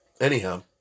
Anyhow